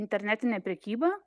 internetinę prekybą